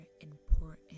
important